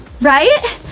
Right